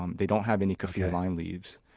um they don't have any kaffir lime leaves.